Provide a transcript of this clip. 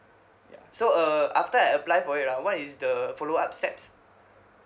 ya so uh after I apply for it ah what is the follow up steps